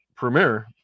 premiere